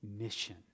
mission